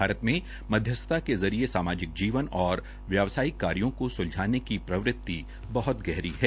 भारत में मध्यस्थता के जरिये सामाजिक जवन और व्यावसायिक कार्यो को सुलझाने की प्रवृति बहत गहरी है